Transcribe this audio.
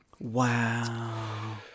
Wow